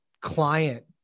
client